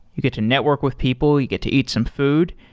you get to network with people. you get to eat some food,